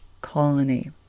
colony